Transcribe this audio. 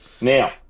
Now